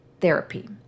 therapy